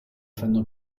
fanno